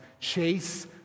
Chase